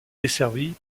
desservie